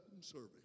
service